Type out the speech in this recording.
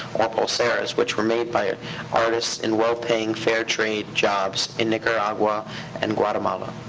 or pulseras, which were made by ah artists in well-paying, fair trade jobs in nicaragua and guatemala.